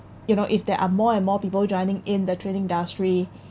you know if there are more and more people joining in the training industry